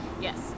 Yes